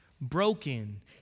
broken